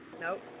Nope